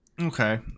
Okay